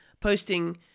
posting